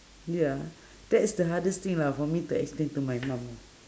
ya that's the hardest thing lah for me to explain to my mum